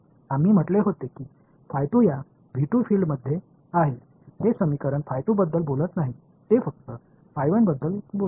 आम्ही म्हटले होते की या फील्डमध्ये आहे हे समीकरण बद्दल बोलत नाही ते फक्त बद्दलच बोलतात